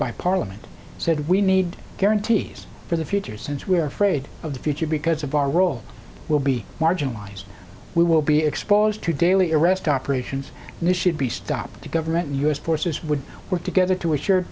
by parliament said we need guarantees for the future since we are afraid of the future because of our role will be marginalized we will be exposed to daily arrest operations new should be stopped the government and u s forces would work together to ensure